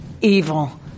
evil